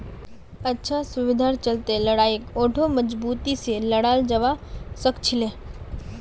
अच्छा सुविधार चलते लड़ाईक आढ़ौ मजबूती से लड़ाल जवा सखछिले